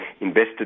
invested